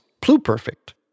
pluperfect